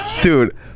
dude